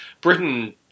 Britain